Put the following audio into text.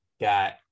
got